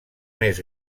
més